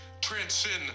transcend